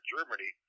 Germany